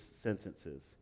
sentences